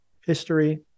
history